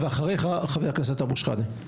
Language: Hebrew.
אחריך חבר הכנסת אבו שחאדה.